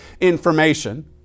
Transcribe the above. information